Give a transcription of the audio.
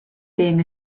being